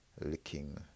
licking